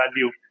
value